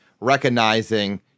recognizing